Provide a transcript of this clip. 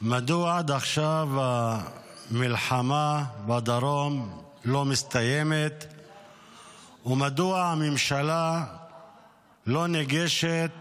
מדוע עד עכשיו המלחמה בדרום לא מסתיימת ומדוע הממשלה לא ניגשת